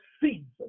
season